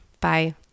bye